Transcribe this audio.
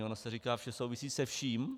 Ono se říká, že souvisí se vším.